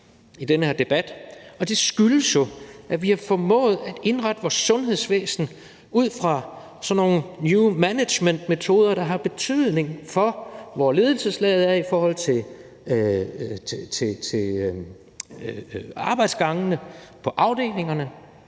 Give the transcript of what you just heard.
det skyldes jo, at vi har formået at indrette vores sundhedsvæsen ud fra sådan nogle new management-metoder, der har betydning for, hvor ledelseslaget er i forhold til arbejdsgangene på afdelingerne,